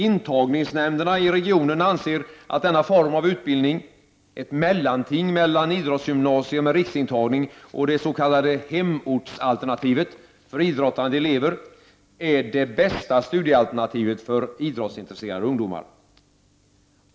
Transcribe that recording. Intagningsnämnderna i regionen anser att denna form av utbildning — ett mellanting mellan idrottsgymnasier med riksintagning och det s.k. hemortsalternativet för idrottande elever — är det bästa studiealternativet för idrottsintresserade ungdomar.